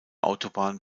autobahn